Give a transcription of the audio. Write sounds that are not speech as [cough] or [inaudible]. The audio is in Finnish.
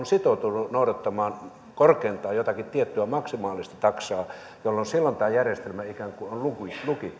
[unintelligible] sitoutunut noudattamaan korkeintaan jotakin tiettyä maksimaalista taksaa jolloin tämä järjestelmä on ikään kuin lukittu